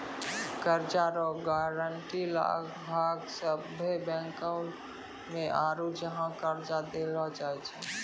कर्जा रो गारंटी लगभग सभ्भे बैंको मे आरू जहाँ कर्जा देलो जाय छै